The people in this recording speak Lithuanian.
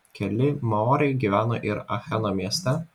keli maoriai gyveno ir acheno mieste